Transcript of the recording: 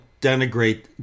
denigrate